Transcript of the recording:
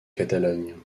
catalogne